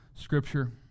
scripture